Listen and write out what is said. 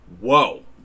Whoa